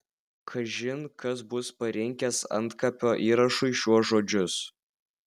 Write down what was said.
kažin kas bus parinkęs antkapio įrašui šiuos žodžius